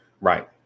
Right